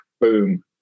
boom